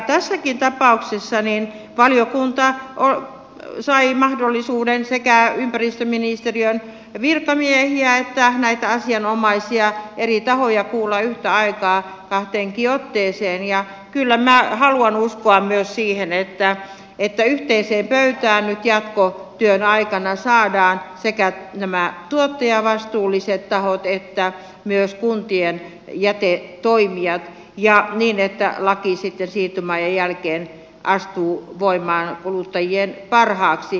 tässäkin tapauksessa valiokunta sai mahdollisuuden sekä ympäristöministeriön virkamiehiä että näitä asianomaisia eri tahoja kuulla yhtä aikaa kahteenkin otteeseen ja kyllä minä haluan uskoa myös siihen että yhteiseen pöytään nyt jatkotyön aikana saadaan sekä nämä tuottajavastuulliset tahot että myös kuntien jätetoimijat ja niin että laki sitten siirtymäajan jälkeen astuu voimaan kuluttajien parhaaksi